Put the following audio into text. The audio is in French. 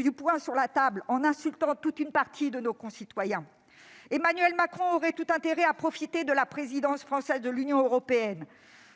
du poing sur la table en insultant toute une partie de nos concitoyens, Emmanuel Macron aurait tout intérêt à profiter de la présidence française du Conseil de l'Union européenne